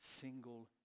single